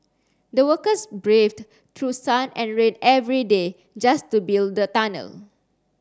the workers braved through sun and rain every day just to build the tunnel